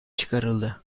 çıkarıldı